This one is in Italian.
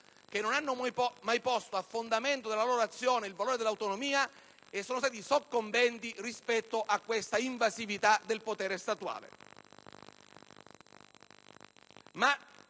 che non hanno mai posto a fondamento della loro azione il valore dell'autonomia e sono stati soccombenti rispetto a questa invasività del potere statuale.